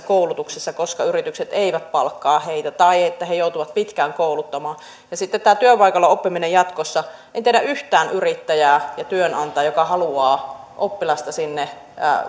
koulutuksissa koska yritykset eivät palkkaa heitä tai ne joutuvat pitkään kouluttamaan sitten tämä työpaikalla oppiminen jatkossa en tiedä yhtään yrittäjää ja työnantajaa joka haluaa oppilasta sinne